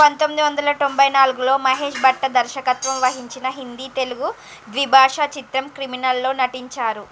పంతొమ్మిది వందల తొంభై నాలుగులో మహేష్ భట్ దర్శకత్వం వహించిన హిందీ తెలుగు ద్విభాషా చిత్రం క్రిమినల్లో నటించారు